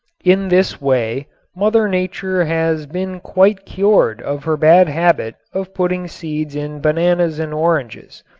in this way mother nature has been quite cured of her bad habit of putting seeds in bananas and oranges.